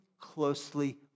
closely